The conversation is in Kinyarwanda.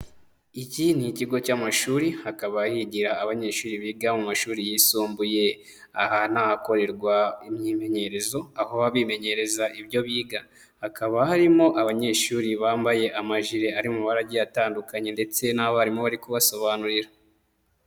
Iki ni ikigo cy'amashuri hakaba higira abanyeshuri biga mu mashuri yisumbuye, aha ni ahakorerwa imyimenyerezo aho baba bimenyereza ibyo biga, hakaba harimo abanyeshuri bambaye amajire ari mu mabara agiye atandukanye ndetse n'abarimu bari kubasobanurira.